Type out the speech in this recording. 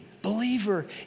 believer